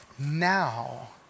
now